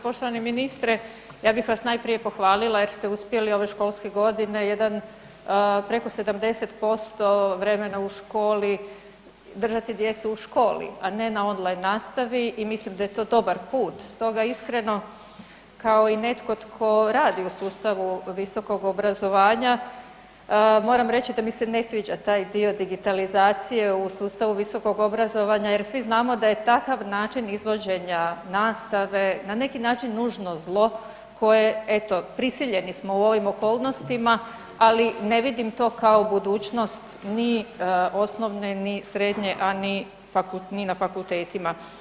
Poštovani ministre, ja bih vas najprije pohvalila jer ste uspjeli ove školske godine jedan preko 70% vremena u školi, držati djecu u školi a ne na online nastavi i mislim da je to dobar put, stoga iskreno kao i netko tko radi u sustavu visokog obrazovanja, moram reći da mi se ne sviđa taj dio digitalizacije u sustavu visokog obrazovanja jer svi znamo da je takav način izvođenja nastave na neki način nužno zlo koje eto, prisiljeni smo u ovim okolnostima ali ne vidim to kao budućnost ni osnovne ni srednje a ni na fakultetima.